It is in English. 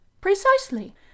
Precisely